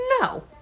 no